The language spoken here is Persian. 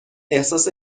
احساس